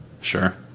Sure